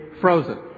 frozen